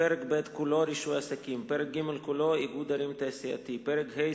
פרק ב' כולו (רישוי עסקים); פרק ג' כולו (איגוד ערים תעשייתי); פרק ה',